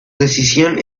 decisión